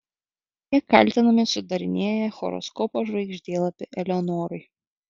jie kaltinami sudarinėję horoskopo žvaigždėlapį eleonorai